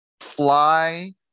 fly